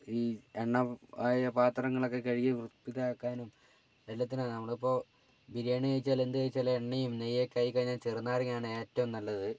ഈ എണ്ണ ആയ പത്രങ്ങളൊക്കെ കഴുകി ഇതാക്കാനും എല്ലാത്തിനും നമ്മളിപ്പോൾ ബിരിയാണി കഴിച്ചാലും എന്ത് കഴിച്ചാലും എണ്ണയും നെയ്യുമൊക്കെ ആയിക്കഴിഞ്ഞാൽ ചെറുനാരങ്ങയാണ് ഏറ്റവും നല്ലത്